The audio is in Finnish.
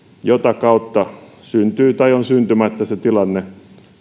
jota kautta syntyy tai on syntymättä se tilanne